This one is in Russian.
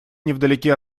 невдалеке